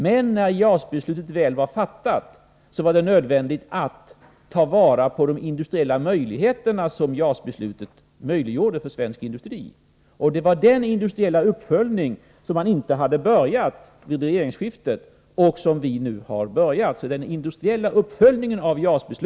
Men när JAS-beslutet väl var fattat var det nödvändigt att ta vara på de industriella möjligheter som JAS-beslutet innebar för svensk industri. Den industriella uppföljningen av JAS-beslutet hade man vid regeringsskiftet inte påbörjat, och den har vi nu gjort.